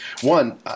One